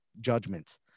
judgments